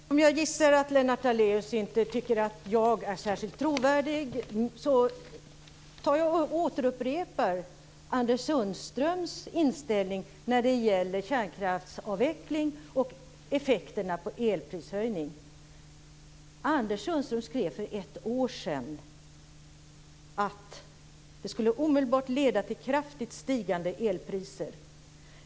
Herr talman! Eftersom jag gissar att Lennart Daléus inte tycker att jag är särskilt trovärdig, upprepar jag Anders Sundströms inställning till kärnkraftsavveckling och effekterna i form av elprishöjning. Anders Sundström skrev för ett år sedan: Det skulle omedelbart leda till kraftigt stigande elpriser.